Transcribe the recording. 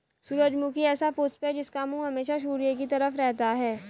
सूरजमुखी ऐसा पुष्प है जिसका मुंह हमेशा सूर्य की तरफ रहता है